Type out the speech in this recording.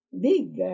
big